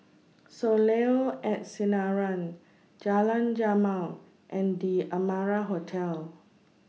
Soleil At Sinaran Jalan Jamal and The Amara Hotel